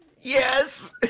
Yes